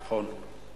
נכון.